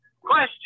Question